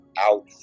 out